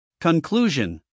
Conclusion